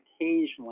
occasionally